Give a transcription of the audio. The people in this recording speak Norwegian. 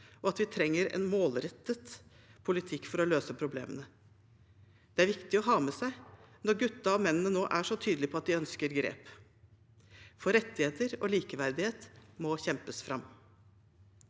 og at vi trenger en målrettet politikk for å løse problemene. Det er viktig å ha med seg når guttene og mennene nå er så tydelige på at de ønsker grep, for rettigheter og likeverdighet må kjempes fram.